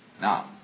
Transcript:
Now